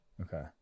Okay